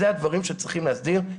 אלה הדברים שצריכים להסדיר.